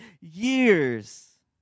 years